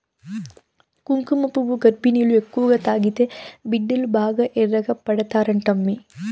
కుంకుమపువ్వు గర్భిణీలు ఎక్కువగా తాగితే బిడ్డలు బాగా ఎర్రగా పడతారంటమ్మీ